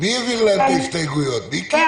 מי העביר להם את הסתייגויות, מיקי?